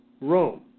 Rome